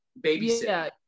babysit